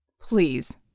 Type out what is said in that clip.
Please